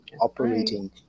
operating